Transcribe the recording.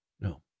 no